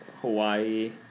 Hawaii